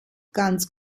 ganz